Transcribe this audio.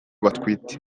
batwite